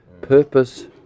Purpose